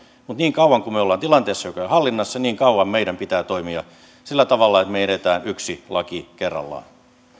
mutta niin kauan kuin me olemme tilanteessa joka ei ole hallinnassa niin kauan meidän pitää toimia sillä tavalla että me etenemme yksi laki kerrallaan